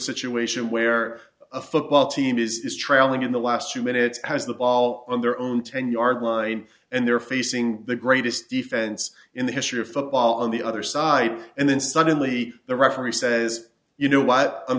situation where a football team is trailing in the last few minutes as the ball on their own ten yard line and they're facing the greatest defense in the history of football on the other side and then suddenly the referee says you know what i'm